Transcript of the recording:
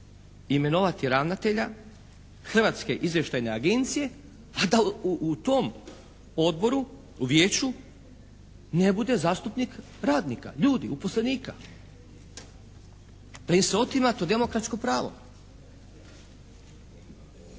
imenovati ravnatelja Hrvatske izvještajne agencije, a da u tom odboru, u vijeću ne bude zastupnik radnika, ljudi, uposlenika, jer im se otima to demokratsko pravo.